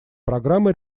программы